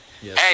Hey